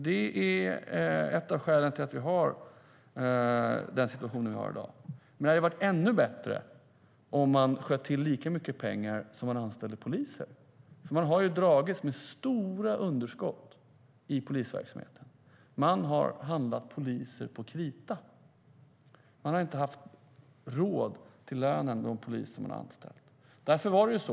Det är ett av skälen till att vi har den situation vi har i dag, men det hade varit ännu bättre om man hade skjutit till lika mycket pengar när man anställde poliser. Polisverksamheten har dragits med stora underskott. Man har handlat poliser på krita. Man har inte haft pengar till lönen för de poliser man anställt.